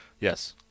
yes